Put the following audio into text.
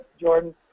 Jordan